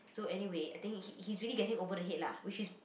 so anyway I think he he's really getting over the head lah which is